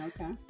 Okay